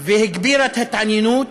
והגבירה את ההתעניינות,